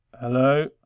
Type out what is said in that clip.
Hello